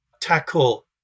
tackle